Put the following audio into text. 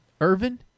Irvin